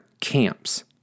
camps